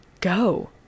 go